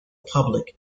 public